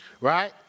Right